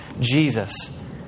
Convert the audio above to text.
Jesus